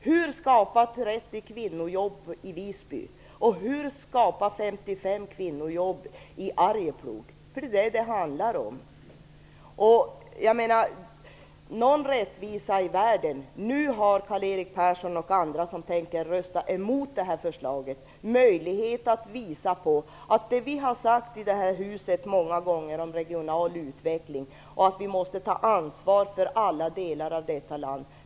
Hur skapas 30 kvinnojobb i Visby? Hur skapas 55 kvinnojobb i Arjeplog? Det är vad det handlar om. Det måste vara någon rättvisa i världen. Nu har Karl-Erik Persson och andra som tänker rösta emot det här förslaget möjlighet att i stället visa att vi genom detta beslut lever upp till det som vi har sagt många gånger i det här huset om regional utveckling och om att vi måste ta ansvar för alla delar av detta land.